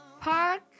park